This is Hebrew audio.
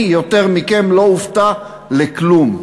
אני יותר מכם לא אופתע בכלום.